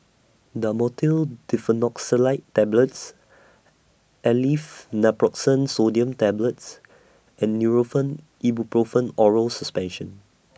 Dhamotil Diphenoxylate Tablets Aleve Naproxen Sodium Tablets and Nurofen Ibuprofen Oral Suspension